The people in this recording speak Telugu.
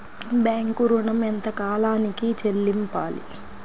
బ్యాంకు ఋణం ఎంత కాలానికి చెల్లింపాలి?